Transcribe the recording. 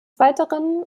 weiteren